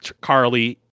Carly